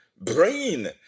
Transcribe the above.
brain